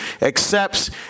accepts